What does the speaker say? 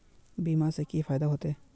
बीमा से की फायदा होते?